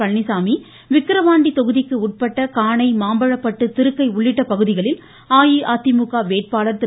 பழனிசாமி விக்ரவாண்டி தொகுதிக்கு உட்பட்ட காணை மாம்பழப்பட்டு திருக்கை உள்ளிட்ட பகுதிகளில் அஇஅதிமுக வேட்பாளர் திரு